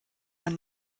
man